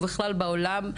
ובכלל בעולם,